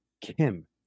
Kim